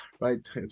right